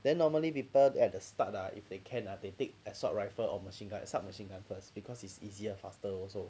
then normally people at the start lah if they can !huh! they take assault rifle or machine card sub machine gun first because it's easier faster also